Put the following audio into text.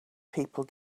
people